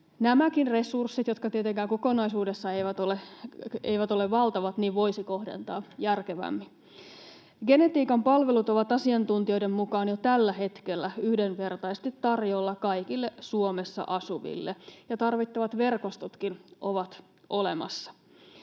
Nämäkin resurssit, jotka tietenkään kokonaisuudessaan eivät ole valtavat, voisi kohdentaa järkevämmin. Genetiikan palvelut ovat asiantuntijoiden mukaan jo tällä hetkellä yhdenvertaisesti tarjolla kaikille Suomessa asuville, ja tarvittavat verkostotkin ovat olemassa.